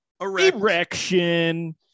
Erection